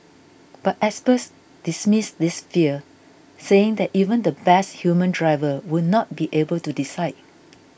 but experts dismiss this fear saying that even the best human driver would not be able to decide